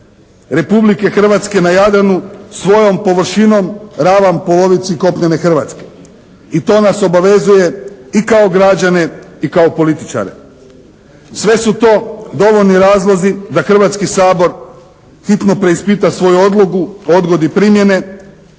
Republike Hrvatske na Jadranu svojom površinom ravan polovici kopnene Hrvatske i to nas obavezuje i kao građane i kao političare. Sve su to dovoljni razlozi da Hrvatski sabor hitno preispita svoju odluku, odgodi primjene,